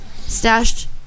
stashed